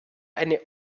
eine